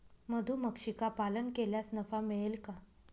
मधुमक्षिका पालन केल्यास नफा मिळेल का?